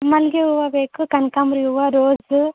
ಮಲ್ಲಿಗೆ ಹೂವು ಬೇಕು ಕನಕಾಂಬ್ರ ಹೂವು ರೋಸ್